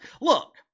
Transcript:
Look